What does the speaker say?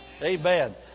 Amen